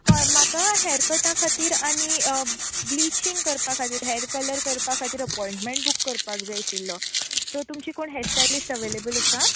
हय म्हाका हॅर कटा खातीर आनी ब्लिचींग करपा खातीर हॅर कलर करपा खातीर अपोयंटमेंट बूक करपाक जाय आशिल्लो सो तुमची कोण हॅर स्टायलिस्ट अवॅलेबल आसा